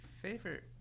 favorite